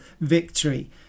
victory